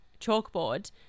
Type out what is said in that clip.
chalkboard